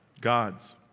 God's